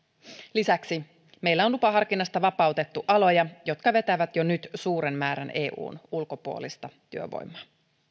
lisäksi meillä on lupaharkinnasta vapautettu aloja jotka vetävät jo nyt suuren määrän eun ulkopuolista työvoimaa